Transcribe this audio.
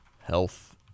health